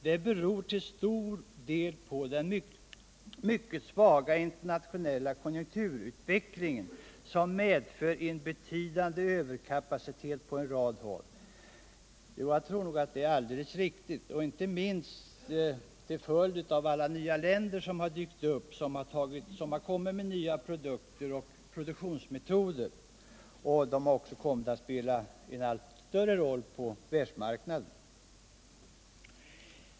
Det beror till stor del på den mycket svaga internationella konjunkturutvecklingen som medför en betydande överkapacitet på en rad håll.” Jag tror att detta är alldeles riktigt, inte minst till följd av alla de länder som dykt upp och kommit med nya produkter och produktionsmetoder. Dessa har också kommit att spela en allt större roll på världsmarknaden.